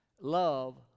love